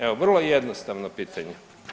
Evo, vrlo jednostavno pitanje.